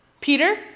Peter